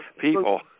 people